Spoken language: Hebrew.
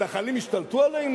המתנחלים השתלטו עלינו?